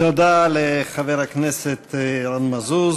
תודה לחבר הכנסת ירון מזוז.